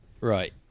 Right